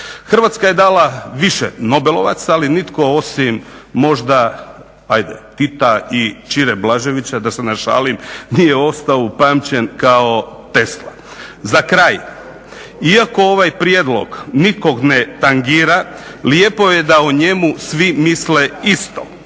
Hrvatska je dala više nobelovaca ali nitko osim možda Tita i Ćire Blaževića, da se našalim, nije ostao upamćen kao Tesla. Za kraj, iako ovaj prijedlog nikoga ne tangira lijepo je da o njemu svi misle iste.